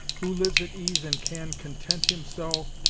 who lives at ease and can content him so,